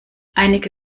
einige